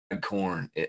corn